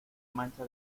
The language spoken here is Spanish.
mancha